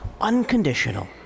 unconditional